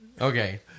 okay